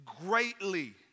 greatly